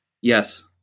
Yes